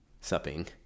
supping